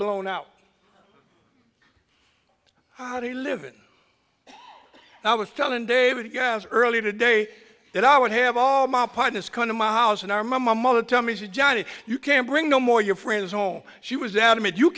blown out how to live in and i was telling dave earlier today that i would have all my partners kind of my house and our my mother tell me she johnny you can't bring no more your friends home she was adamant you